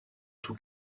tout